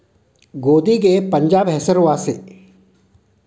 ಗೋಧಿಗೆ ಪಂಜಾಬ್ ಹೆಸರು ವಾಸಿ